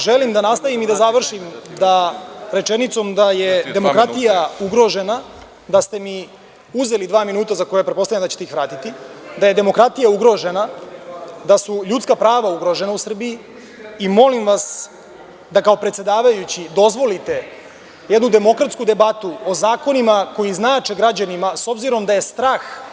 Želim da nastavim i da završim da rečenicom da je demokratija ugrožena, da ste mi uzeli dva minuta za koje pretpostavljam da ćete ih vratiti, da je demokratija ugrožena, da su ljudska prava ugrožena u Srbiji i molim vas da kao predsedavajući dozvolite jednu demokratsku debatu o zakonima koji znače građanima s obzirom da je strah…